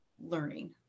learning